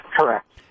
Correct